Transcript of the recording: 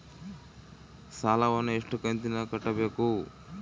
ಸಾಲವನ್ನ ಎಷ್ಟು ಕಂತಿನಾಗ ಕಟ್ಟಬೇಕು?